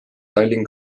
tallinn